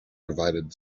provided